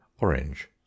orange